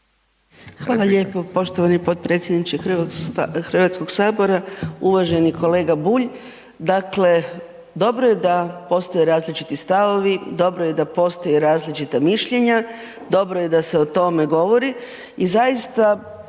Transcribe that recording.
Hvala lijepo poštovani potpredsjedniče Hrvatskog sabora. Uvaženi kolega Bulj, dakle, dobro je da postoje različiti stavovi, dobro je da postoje različita mišljenja, dobro je da se o tome govori i zaista